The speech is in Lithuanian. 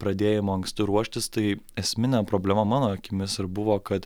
pradėjimo anksti ruoštis tai esminė problema mano akimis ir buvo kad